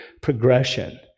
progression